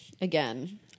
again